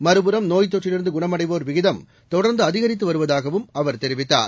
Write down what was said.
மறுபுறம் நோய்த் தொற்றிலிருந்து குணமடைவோர் விகிதம் தொடர்ந்து அதிகரித்து வருவதாகவும் அவர் தெரிவித்தார்